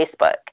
Facebook